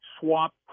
swap